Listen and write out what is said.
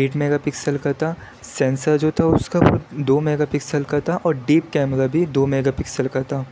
at megapixel کا تھا sensor جو تھا اس کا وہ دو میگا پکسل کا تھا اور ڈیپ کیمرہ بھی دو میگا پکسل کا تھا